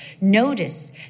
Notice